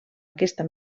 aquesta